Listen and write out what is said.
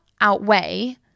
outweigh